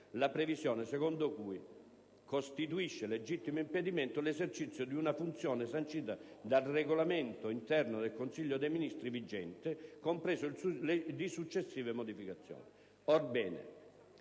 la previsione secondo cui «costituisce legittimo impedimento» l'esercizio di una funzione sancita «dal regolamento interno del Consiglio dei Ministri» vigente, comprese le successive modificazioni.